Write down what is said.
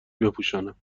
بپوشانم